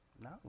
No